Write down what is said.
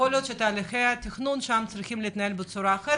להיות שתהליכי התכנון שם צריכים להתנהל שם אחרת.